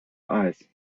eyes